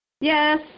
Yes